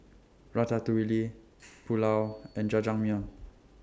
Ratatouille Pulao and Jajangmyeon